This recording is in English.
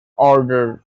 order